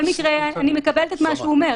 אני מקבלת מה שהוא אומר.